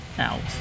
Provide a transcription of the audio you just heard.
out